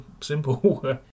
Simple